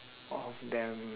of them